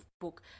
book